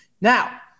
Now